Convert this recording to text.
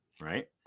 right